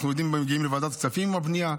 ואנחנו מגיעים לוועדת הכספים עם הבנייה,